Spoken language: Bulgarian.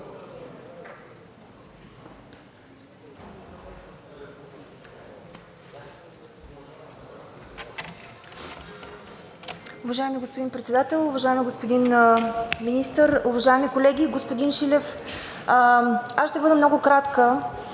аз ще бъда много кратка.